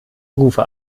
rufe